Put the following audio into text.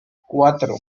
cuatro